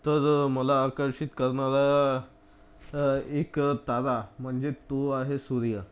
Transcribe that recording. तर मला आकर्षित करणारा एक तारा म्हणजे तो आहे सूर्य